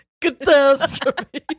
catastrophe